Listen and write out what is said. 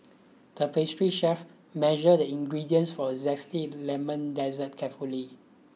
the pastry chef measured the ingredients for a zesty lemon dessert carefully